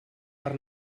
per